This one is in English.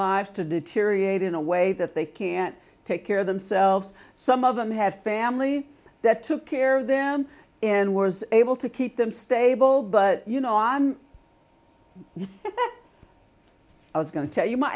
lives to deteriorate in a way that they can't take care of themselves some of them have family that took care of them and were able to keep them stable but you know i'm i was going to tell